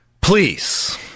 please